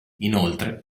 inoltre